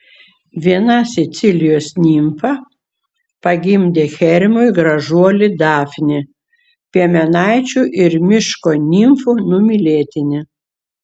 viena sicilijos nimfa pagimdė hermiui gražuolį dafnį piemenaičių ir miško nimfų numylėtinį